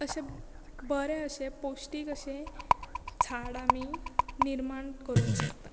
अशें बरें अशें पौश्टीक अशे झाड आमी निर्माण करूंक शकता